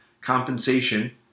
compensation